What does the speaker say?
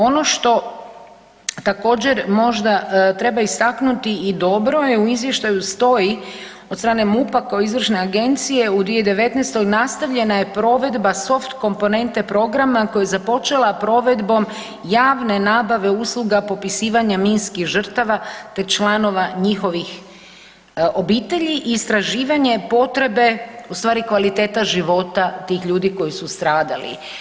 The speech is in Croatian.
Ono što također možda treba istaknuti i dobro je u izvještaju stoji od strane MUP-a kao izvršne agencije u 2019. nastavljena je provedba soft komponente programa koji je započela provedbom javne nabave usluga popisivanja minskih žrtava te članova njihovih obitelji i istraživanje potrebe u stvari kvaliteta života tih ljudi koji su stradali.